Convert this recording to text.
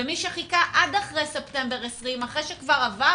ומי שחיכה עד אחרי ספטמבר 2020 אחרי שכבר עבר